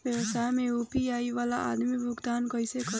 व्यवसाय में यू.पी.आई वाला आदमी भुगतान कइसे करीं?